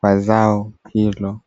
kwa zao hilo.